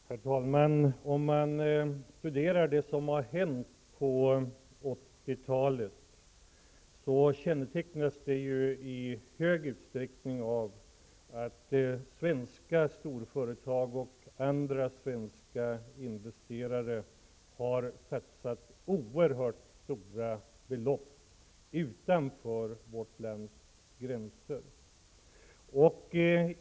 Herr talman! Om man studerar det som hände på 80-talet finner man att svenska storföretag och andra svenska investerare då satsade oerhört stora belopp utanför vårt lands gränser.